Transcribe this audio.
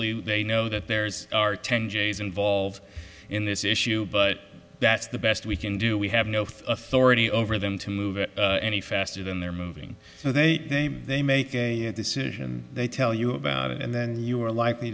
expeditiously they know that there's are ten days involved in this issue but that's the best we can do we have no authority over them to move it any faster than they're moving so they they make a decision they tell you about it and then you are likely